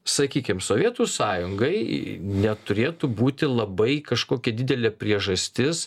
sakykim sovietų sąjungai neturėtų būti labai kažkokia didelė priežastis